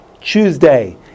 Tuesday